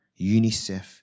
UNICEF